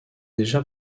déjà